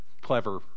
clever